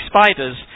spiders